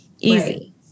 Easy